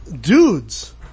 Dudes